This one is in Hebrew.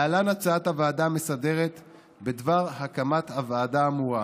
להלן הצעת הוועדה המסדרת בדבר הקמת הוועדה האמורה: